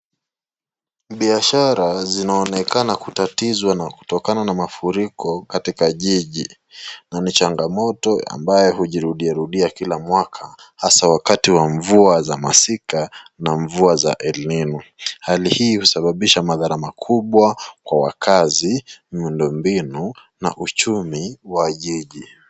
Biashara zinaonekana kutatizwa na kutokana na mafuriko katika jiji na ni changa moto ambayo hujirudia rudia kila